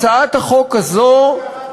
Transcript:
תראה מה קרה בסין,